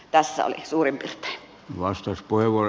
tässä oli suurin piirtein